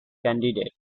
candidate